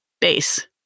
base